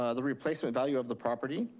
ah the replacement value of the property,